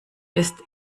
ist